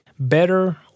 better